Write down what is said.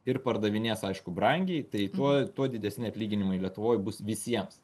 ir pardavinės aišku brangiai tai tuo tuo didesni atlyginimai lietuvoj bus visiems